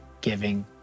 giving